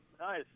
nice